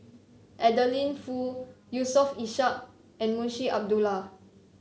Adeline Foo Yusof Ishak and Munshi Abdullah